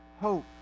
hope